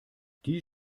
die